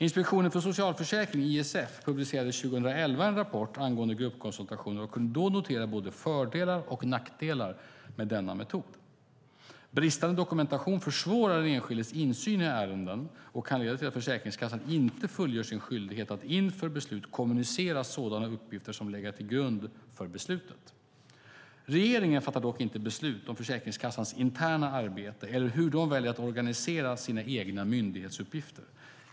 Inspektionen för socialförsäkringen, ISF, publicerade 2011 en rapport angående gruppkonsultationer och kunde då notera både fördelar och nackdelar med denna metod. Bristande dokumentation försvårar den enskildes insyn i ärenden och kan leda till att Försäkringskassan inte fullgör sin skyldighet att inför beslut kommunicera sådana uppgifter som legat till grund för beslutet. Regeringen fattar dock inte beslut om Försäkringskassans interna arbete eller hur man väljer att organisera sina myndighetsuppgifter.